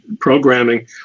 programming